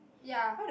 ya